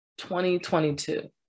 2022